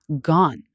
gone